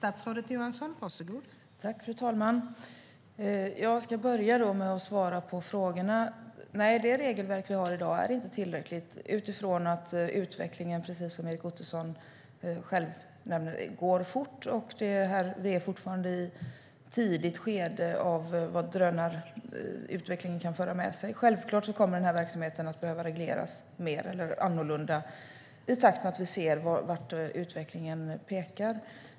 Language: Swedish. Fru talman! Jag ska börja med att svara på frågorna. Det regelverk vi har i dag är inte tillräckligt, för precis som Erik Ottoson nämner går utvecklingen fort. Vi är fortfarande i ett tidigt skede av drönarutvecklingen. Självklart kommer denna verksamhet att behöva regleras mer eller annorlunda när vi ser vart utvecklingen går.